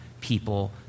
people